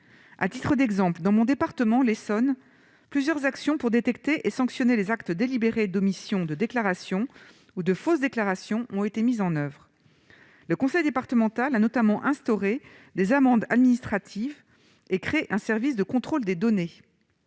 À titre d'exemple, dans mon département, l'Essonne, plusieurs actions pour détecter et sanctionner les actes délibérés d'omission de déclaration ou de fausse déclaration ont été mises en oeuvre. Le conseil départemental a notamment instauré des amendes administratives et créé un service de contrôle des données.